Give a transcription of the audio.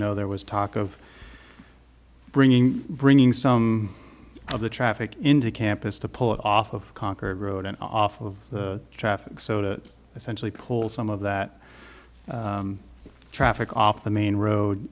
know there was talk of bringing bringing some of the traffic into campus to pull it off of concord road and off of traffic so to essentially pull some of that traffic off the main road